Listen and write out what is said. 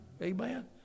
Amen